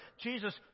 Jesus